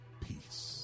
peace